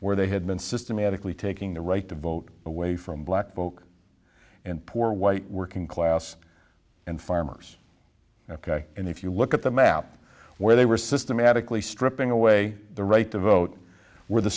where they had been systematically taking the right to vote away from black folk and poor white working class and farmers ok and if you look at the map where they were systematically stripping away the right to vote were the